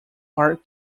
are